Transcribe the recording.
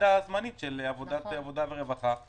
ועדה זמנית של ועדת עבודה ורווחה.